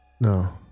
No